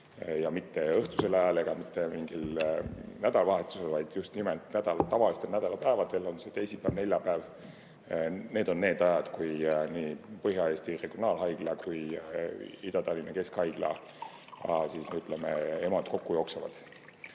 Mitte õhtusel ajal ega mitte mingil nädalavahetusel, vaid just nimelt tavalistel nädalapäevadel, on see teisipäev, neljapäev. Need on need ajad, kui nii Põhja-Eesti Regionaalhaigla kui ka Ida-Tallinna Keskhaigla, ütleme, EMO-d kokku jooksevad.